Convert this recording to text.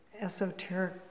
esoteric